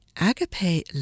agape